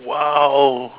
!wow!